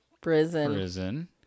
Prison